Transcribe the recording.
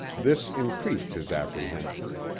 this increased his apprehension.